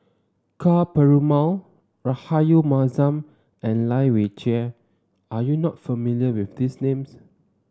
Ka Perumal Rahayu Mahzam and Lai Weijie are you not familiar with these names